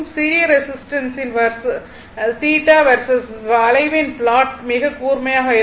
சிறிய ரெசிஸ்டன்ஸின் θ வெர்சஸ் ω வளைவின் ப்லாட் மிக கூர்மையாக இருக்கும்